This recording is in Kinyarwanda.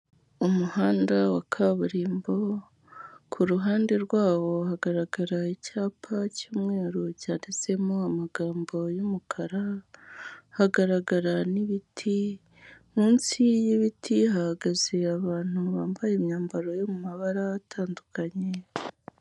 Umuhanda wa kaburimbo, ku ruhande rwawo hagaragara icyapa cy'umweru cyanditsemo amagambo y'umukara, hagaragara n'ibiti, munsi y'ibiti hahagaze abantu bambaye imyambaro yo mu mabara atandukanye.